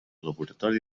laboratori